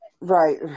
Right